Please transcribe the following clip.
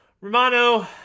Romano